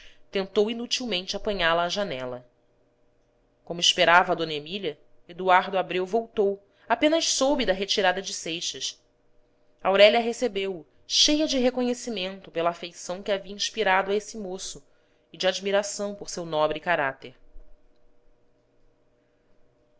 tentou inutilmente apanhá-la à janela como esperava d emília eduardo abreu voltou apenas soube da retirada de seixas aurélia recebeu-o cheia de reconhecimento pela afeição que havia inspirado a esse moço e de admiração por seu nobre caráter